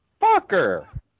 Fucker